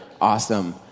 Awesome